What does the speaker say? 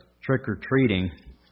trick-or-treating